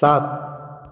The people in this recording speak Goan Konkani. सात